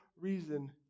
reason